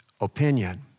opinion